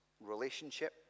relationship